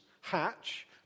hatch